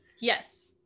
Yes